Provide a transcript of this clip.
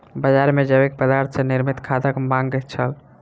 बजार मे जैविक पदार्थ सॅ निर्मित खादक मांग छल